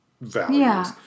values